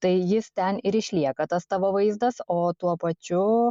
tai jis ten ir išlieka tas tavo vaizdas o tuo pačiu